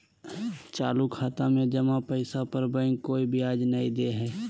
चालू खाता में जमा पैसा पर बैंक कोय ब्याज नय दे हइ